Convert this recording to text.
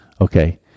Okay